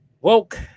woke